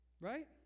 Right